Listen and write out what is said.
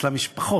ואצלם יש פחות